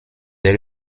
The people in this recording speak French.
dès